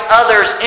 others